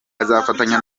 azafatanya